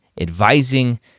advising